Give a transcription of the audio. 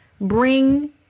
bring